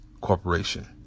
Corporation